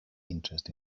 interest